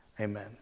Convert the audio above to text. Amen